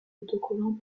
autocollants